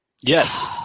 Yes